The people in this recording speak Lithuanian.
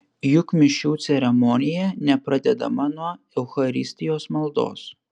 juk mišių ceremonija nepradedama nuo eucharistijos maldos